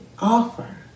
offer